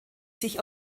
sich